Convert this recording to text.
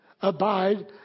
abide